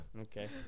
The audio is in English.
Okay